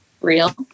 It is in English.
real